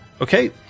Okay